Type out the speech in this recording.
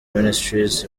ministries